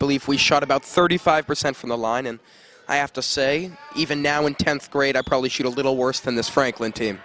believe we shot about thirty five percent from the line and i have to say even now in tenth grade i probably should a little worse than this franklin team